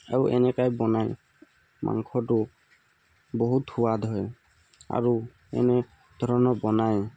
আৰু এনেকৈই বনাই মাংসটো বহুত সোৱাদ হয় আৰু এনে ধৰণৰ বনাই